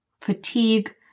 fatigue